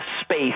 space